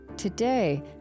Today